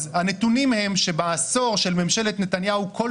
אז הנתונים הם שבעשור של ממשלת נתניהו בכל